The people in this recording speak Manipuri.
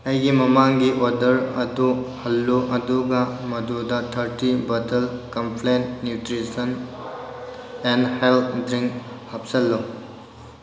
ꯑꯩꯒꯤ ꯃꯃꯥꯡꯒꯤ ꯑꯣꯔꯗꯔ ꯑꯗꯨ ꯍꯟꯂꯨ ꯑꯗꯨꯒ ꯃꯗꯨꯗ thirty bottle Complan nutrition and health drink ꯍꯥꯞꯆꯜꯂꯨ